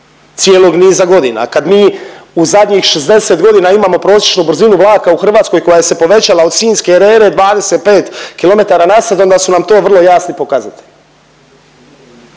cijelog niza godina, kad mi u zadnjih 60 godina imamo prosječnu brzinu vlaka u Hrvatskoj koja se povećala od Sinjske rere 25 km/h onda su nam to vrlo jasni pokazatelji.